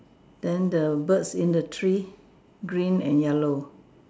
then the birds in the tree green and yellow